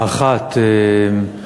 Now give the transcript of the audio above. האחת היא: